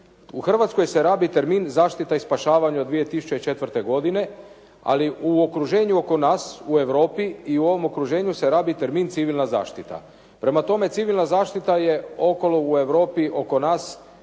U Hrvatskoj se rabi termin zaštita i spašavanje od 2004. godine, ali u okruženju oko nas u Europi i u ovom okruženju se rabi termin civilna zaštita. Prema tome, civilna zaštita je okolo u Europi oko nas